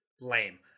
lame